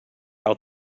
out